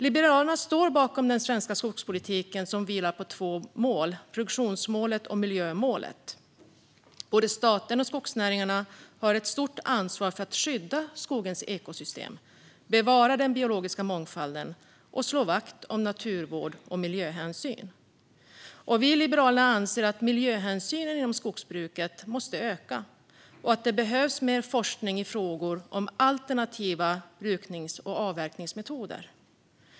Liberalerna står bakom den svenska skogspolitiken, som vilar på två mål: produktionsmålet och miljömålet. Både staten och skogsnäringarna har ett stort ansvar för att skydda skogens ekosystem, bevara den biologiska mångfalden och slå vakt om naturvård och miljöhänsyn. Vi liberaler anser att miljöhänsynen inom skogsbruket måste öka och att det behövs mer forskning i frågor om alternativa bruknings och avverkningsmetoder.